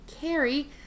Carrie